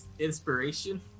inspiration